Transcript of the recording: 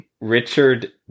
Richard